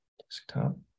desktop